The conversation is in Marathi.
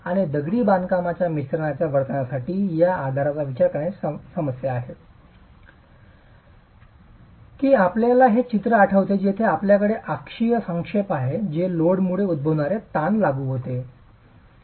आणि दगडी बांधकामाच्या मिश्रणाच्या वर्तनासाठी या आधाराचा विचार करण्याची समस्या ही आहे की आपल्याला हे चित्र आठवते जेथे आपल्याकडे अक्षीय संक्षेप आहे जे लोडमुळे उद्भवणारे ताण लागू होते